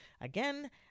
again